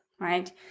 right